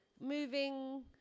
moving